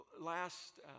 Last